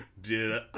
Dude